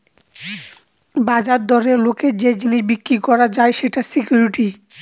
বাজার দরে লোকের যে জিনিস বিক্রি করা যায় সেটা সিকুইরিটি